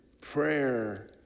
prayer